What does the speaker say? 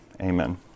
Amen